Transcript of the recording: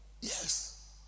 Yes